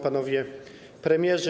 Panowie Premierzy!